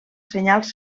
senyals